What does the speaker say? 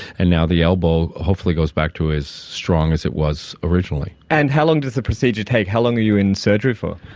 and now the elbow hopefully goes back to as strong as it was originally. and how long does the procedure take? how long are you in surgery for?